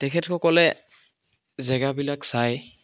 তেখেতসকলে জেগাবিলাক চাই